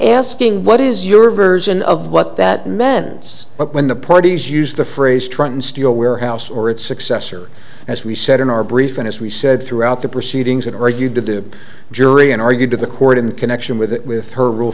asking what is your version of what that mends but when the parties used the phrase trenton steel warehouse or its successor as we said in our brief and as we said throughout the proceedings and argued to do jury and argued to the court in connection with it with her rule